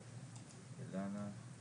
כמובן אילנה צריכה